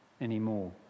anymore